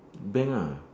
bank ah